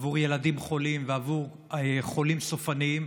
עבור ילדים חולים ועבור חולים סופניים,